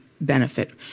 benefit